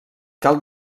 cal